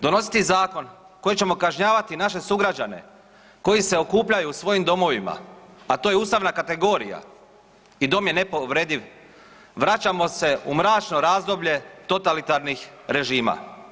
Donositi zakon kojim ćemo kažnjavati naše sugrađane koji se okupljaju u svojim domovima, a to je ustavna kategorija i dom je nepovrediv, vraćamo se u mračno razdoblje totalitarnih režima.